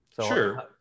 Sure